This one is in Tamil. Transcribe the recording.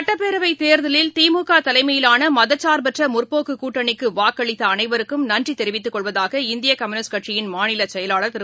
சட்டப்பேரவை தேர்தலில் திமுக தலைமையிலான மதசார்பற்ற முற்போக்கு கூட்டணிக்கு வாக்களித்த அனைவருக்கும் நன்றி தெரிவித்துக் கொள்வதாக இந்திய கம்யூனிஸ்ட் கட்சியின் மாநிலச் செயலாளர் திரு